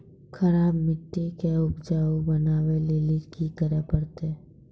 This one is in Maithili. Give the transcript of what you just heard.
खराब मिट्टी के उपजाऊ बनावे लेली की करे परतै?